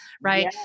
Right